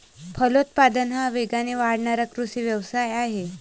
फलोत्पादन हा वेगाने वाढणारा कृषी व्यवसाय आहे